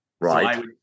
Right